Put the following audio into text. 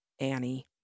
Annie